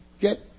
get